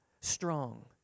strong